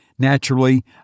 Naturally